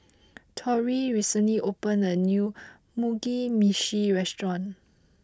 Torrie recently opened a new Mugi Meshi restaurant